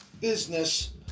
business